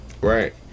right